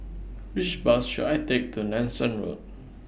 Which Bus should I Take to Nanson Road